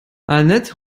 annette